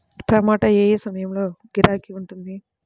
టమాటా ఏ ఏ సమయంలో గిరాకీ ఉంటుంది?